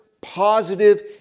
positive